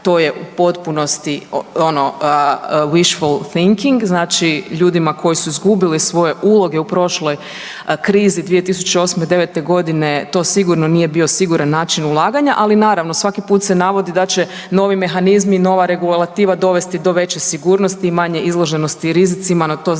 to je u potpunosti ono …/Govornik se ne razumije/…znači ljudima koji su izgubili svoje uloge u prošloj krizi 2008.-'09.g. to sigurno nije bio siguran način ulaganja, ali naravno svaki put se navodi da će novi mehanizmi i nova regulativa dovesti do veće sigurnosti i manje izloženosti rizicima, no to znamo